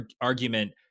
argument